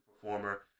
performer